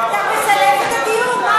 אתה מסלף את הדיון.